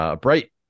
bright